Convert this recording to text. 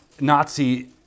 Nazi